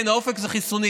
כן, האופק זה חיסונים.